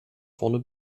vorne